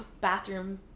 bathroom